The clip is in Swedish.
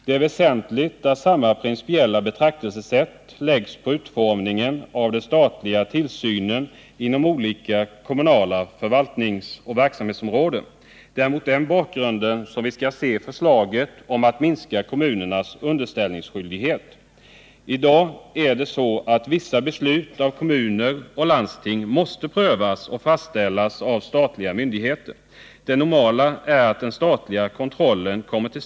Det är väsentligt att samma principiella betraktelsesätt läggs på utformningen av den statliga tillsynen inom olika kommunala förvaltningsoch verksamhetsområden. Det är mot den bakgrunden som vi skall se förslaget om att minska kommunernas underställningsskyldighet. I dag är det så att vissa beslut av kommuner och landsting måste prövas och fastställas av statliga myndigheter. Det normala är att den statliga kontrollen kommer til!